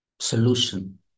solution